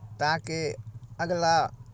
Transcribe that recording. ताकि अगिला